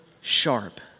sharp